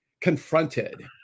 confronted